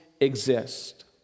exist